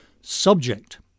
Subject